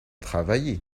travailler